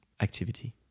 activity